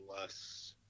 less